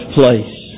place